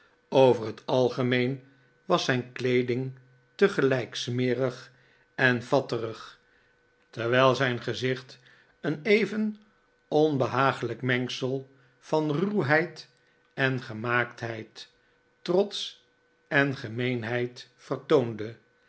over het algemeen was zijn kle'eding tegelijk smerig en fatterig terwijl zijn gezicht een even onbehaaglijk mengsel van ruwheid en gemaaktheid r trots en gemeenheid vertoonde